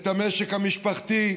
את המשק המשפחתי,